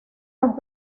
los